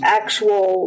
actual